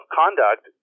conduct